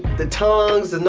the tongues, and